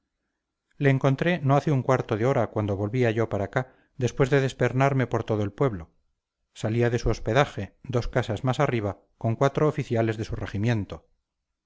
le encontré no hace un cuarto de hora cuando volvía yo para acá después de despernarme por todo el pueblo salía de su hospedaje dos casas más arriba con cuatro oficiales de su regimiento